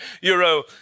Euro